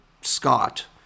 Scott